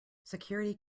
security